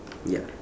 ya